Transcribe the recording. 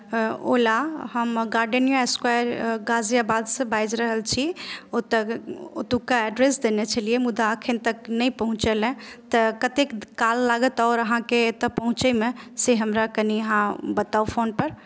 ओला हम Gardenia square गाजियाबादसँ बाजि रहल छी ओतय ओतुका एड्रेस देने छलियै मुदा अखन तक नहि पहुँचलए तऽ कतेक काल लागत आओर अहाँकेँ एतय पहुँचैमे से हमरा कनि अहाँ बताउ फोनपर